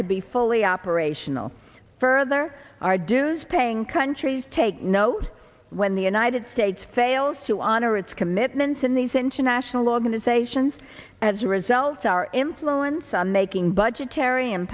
to be fully operational further our dues paying countries take note when the united states fails to honor its commitments in these international organizations as a result our influence on making budgetary